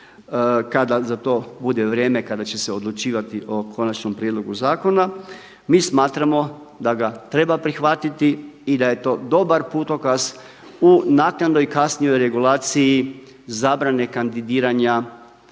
kada za to bude vrijeme kada će se odlučivati o konačnom prijedlogu zakona. Mi smatramo da ga treba prihvatiti i da je to dobar putokaz u naknadnoj i kasnijoj regulaciji zabrane kandidiranja